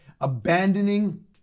Abandoning